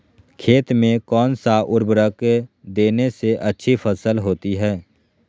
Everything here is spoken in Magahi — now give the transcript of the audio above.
खेत में कौन सा उर्वरक देने से अच्छी फसल होती है?